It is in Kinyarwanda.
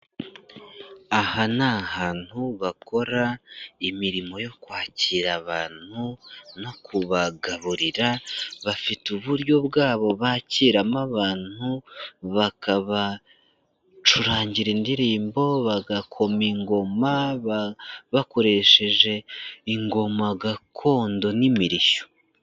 Aha ni ahantu bakora imirimo yo kwakira abantu no kubagaburira, bafite uburyo bwabo bakiramo abantu bakabacurangira indirimbo, bagakoma ingoma, bakoresheje ingoma gakondo n'imirishyo.